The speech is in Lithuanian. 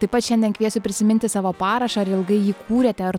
taip pat šiandien kviesiu prisiminti savo parašą ar ilgai jį kūrėte ar